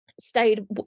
stayed